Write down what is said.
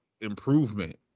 improvement